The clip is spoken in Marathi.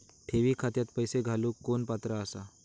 ठेवी खात्यात पैसे घालूक कोण पात्र आसा?